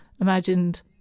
imagined